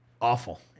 awful